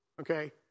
Okay